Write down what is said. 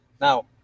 Now